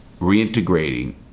reintegrating